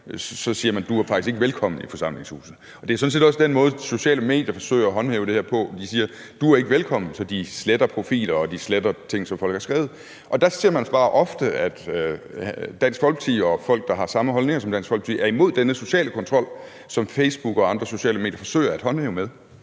så siger man: Du er faktisk ikke velkommen i forsamlingshuset. Og det er sådan set også den måde sociale medier forsøger at håndhæve det her på. De siger: Du er ikke velkommen. Så de sletter profiler, og de sletter ting, som folk har skrevet. Der ser man bare ofte, at Dansk Folkeparti og folk, der har samme holdninger som Dansk Folkeparti, er imod denne sociale kontrol, som Facebook og andre sociale medier forsøger at håndhæve.